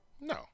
No